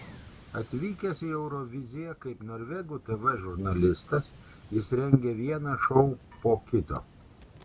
atvykęs į euroviziją kaip norvegų tv žurnalistas jis rengia vieną šou po kito